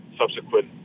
subsequent